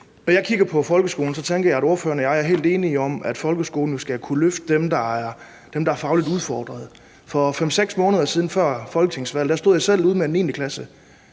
Når jeg kigger på folkeskolen, tænker jeg, at ordføreren og jeg er helt enige om, at folkeskolen skal kunne løfte dem, der er fagligt udfordret. For 5-6 måneder siden, altså før folketingsvalget, stod jeg selv med en 9. klasse.